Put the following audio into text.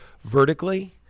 vertically